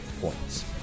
points